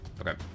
Okay